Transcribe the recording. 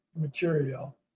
material